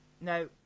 now